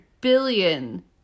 billion